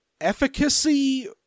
efficacy